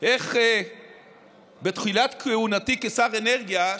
איך בתחילת כהונתי כשר האנרגיה,